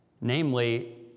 namely